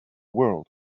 world